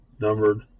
numbered